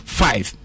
five